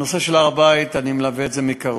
הנושא של הר-הבית, אני מלווה את זה מקרוב.